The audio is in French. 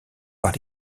par